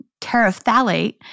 terephthalate